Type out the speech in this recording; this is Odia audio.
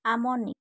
ଆମ ନି